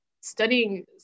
studying